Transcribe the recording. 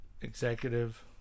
executive